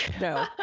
No